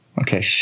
Okay